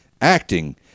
acting